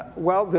well,